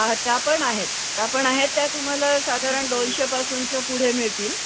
हा त्या पण आहेत त्या पण आहेत त्या तुम्हाला साधारण दोनशेपासूनच्या पुढे मिळतील